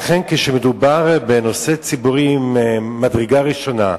לכן, כשמדובר בנושא ציבורי ממדרגה ראשונה,